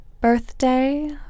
birthday